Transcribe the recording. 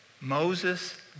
Moses